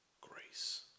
grace